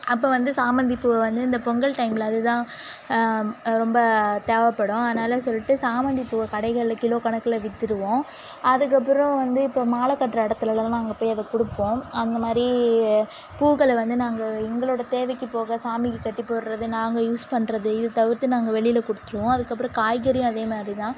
அப்போ வந்து சாமந்திப்பூவை வந்து இந்த பொங்கல் டைமில் அதுதான் ரொம்ப தேவைப்படும் அதனால் சொல்லிட்டு சாமந்திப்பூவை கடைகளில் கிலோ கணக்கில் வித்துடுவோம் அதுக்கப்புறம் வந்து இப்போது மாலைக் கட்டுற இடத்துலலாம் நாங்கள் போய் அதை கொடுப்போம் அந்தமாதிரி பூக்களை வந்து நாங்கள் எங்களோடய தேவைக்குப் போக சாமிக்கு கட்டி போடுறது நாங்கள் யூஸ் பண்ணுறது இது தவிர்த்து நாங்கள் வெளியில் கொடுத்துருவோம் அதுக்கப்புறம் காய்கறியும் அதேமாதிரி தான்